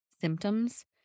symptoms